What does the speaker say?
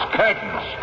curtains